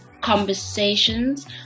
conversations